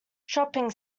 shopping